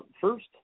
first